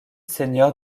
seigneur